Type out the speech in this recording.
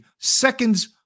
seconds